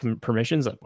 permissions